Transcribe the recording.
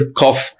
cough